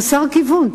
חסר כיוון.